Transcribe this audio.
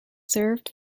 served